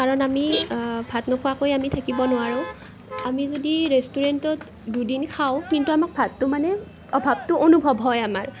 কাৰণ আমি ভাত নোখোৱাকৈ আমি থাকিব নোৱাৰোঁ আমি যদি ৰেষ্টুৰেণ্টত দুদিন খাওঁ কিন্তু আমাক ভাতটো মানে অভাৱটো অনুভৱ হয় আমাৰ